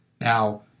Now